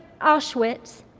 Auschwitz